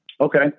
Okay